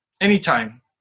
anytime